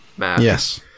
Yes